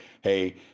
Hey